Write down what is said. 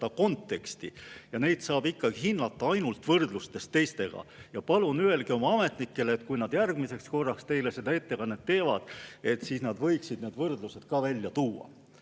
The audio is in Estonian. konteksti ja neid saab hinnata ainult võrdluses teistega. Ja palun öelge oma ametnikele, et kui nad järgmiseks korraks teile seda ettekannet teevad, siis nad võiksid need võrdlused ka välja tuua.